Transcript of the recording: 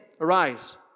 Arise